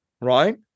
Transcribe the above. right